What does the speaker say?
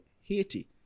Haiti